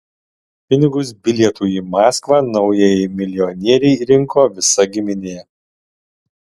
pinigus bilietui į maskvą naujajai milijonierei rinko visa giminė